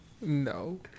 No